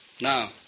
Now